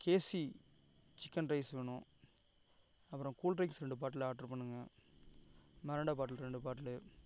case chicken rice வேணும் அப்புறம் cool drinks ரெண்டு பாட்டில் ஆட்ரு பண்ணணும் மரண்டா பாட்டில் ரெண்டு பாட்டிலு